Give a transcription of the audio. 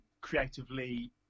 creatively